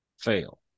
fail